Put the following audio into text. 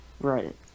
Right